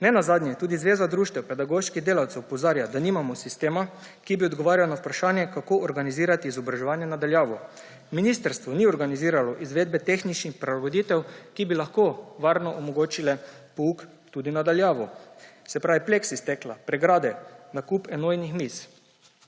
Ne nazadnje tudi Zveza društev pedagoških delavcev opozarja, da nimamo sistema, ki bi odgovarjal na vprašanje, kako organizirati izobraževanje na daljavo. Ministrstvo ni organiziralo izvedbe tehničnih prilagoditev, ki bi lahko varno omogočile pouk tudi na daljavo, se pravi pleksi stekla, pregrade, nakup enojnih miz.